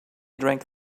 drank